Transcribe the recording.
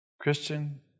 Christian